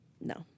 No